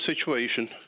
situation